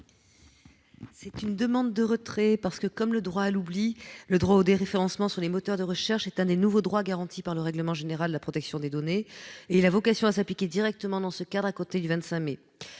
est l'avis de la commission ? Comme le droit à l'oubli, le droit au déréférencement sur les moteurs de recherche est l'un des nouveaux droits garantis par le règlement général sur la protection des données. Il a vocation à s'appliquer directement, dans ce cadre, à compter du 25 mai